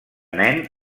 nen